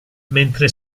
mentre